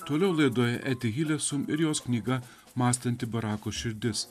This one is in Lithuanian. toliau laidoje etihilė sun ir jos knyga mąstanti barako širdis